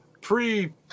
pre